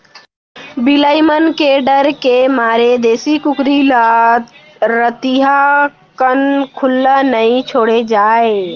बिलाई मन के डर के मारे देसी कुकरी ल रतिहा कन खुल्ला नइ छोड़े जाए